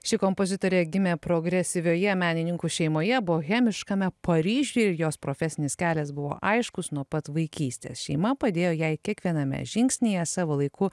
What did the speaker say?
ši kompozitorė gimė progresyvioje menininkų šeimoje bohemiškame paryžiuj jos profesinis kelias buvo aiškus nuo pat vaikystės šeima padėjo jai kiekviename žingsnyje savo laiku